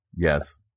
Yes